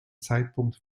zeitpunkt